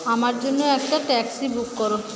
আমার জন্যে একটা ট্যাক্সি বুক করো